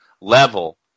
level